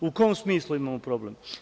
U kom smislu imamo problem?